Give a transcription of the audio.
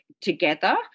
together